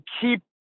keep